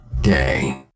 day